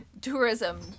tourism